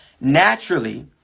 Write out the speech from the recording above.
naturally